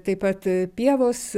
taip pat pievos